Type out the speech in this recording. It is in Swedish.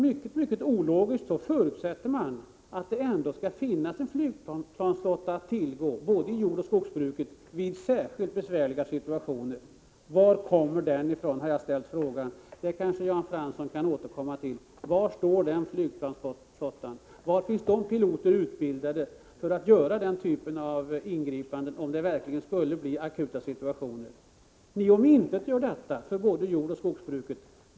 Mycket ologiskt förutsätter man att det ändå skall finnas flygplan till förfogande — både för jordoch skogsbruket — i särskilt besvärliga situationer. Var kommer de ifrån? Den frågan har jag ställt, och den kanske Jan Fransson kan återkomma till. Var står den flygplansflottan? Och var finns de utbildade piloter som gör sådana ingripanden, om det verkligen uppstår akuta situationer? Ni omintetgör den möjligheten, för både jordoch skogsbruket.